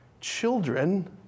children